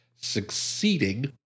succeeding